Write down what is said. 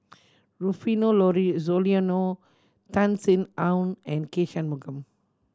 Rufino Soliano Tan Sin Aun and K Shanmugam